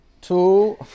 two